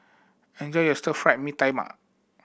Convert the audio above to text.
enjoy your Stir Fried Mee Tai Mak